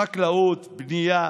חקלאות, בנייה,